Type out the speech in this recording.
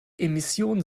emissionen